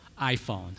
iPhone